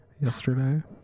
yesterday